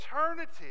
eternity